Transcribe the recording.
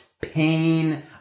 pain